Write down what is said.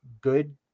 good